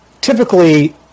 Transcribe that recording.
typically